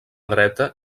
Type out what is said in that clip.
dreta